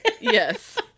Yes